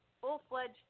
full-fledged